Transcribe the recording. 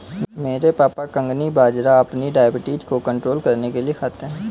मेरे पापा कंगनी बाजरा अपनी डायबिटीज को कंट्रोल करने के लिए खाते हैं